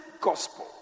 gospel